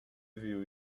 viu